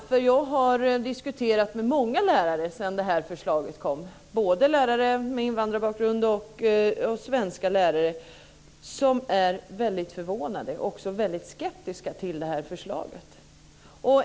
Sedan det här förslaget kom har jag haft diskussioner med många lärare - både lärare med invandrarbakgrund och svenska lärare - och de är väldigt förvånade och även väldigt skeptiska till det här förslaget.